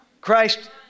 Christ